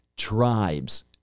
tribes